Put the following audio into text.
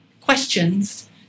questions